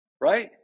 right